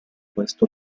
questo